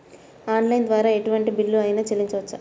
Online ద్వారా ఎటువంటి bill అయినా చెల్లించవచ్చా?